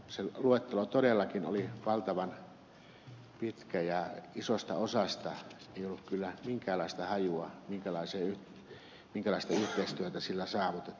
se luettelo todellakin oli valtavan pitkä ja isosta osasta ei ollut kyllä minkäänlaista hajua minkälaista yhteistyötä sillä saavutetaan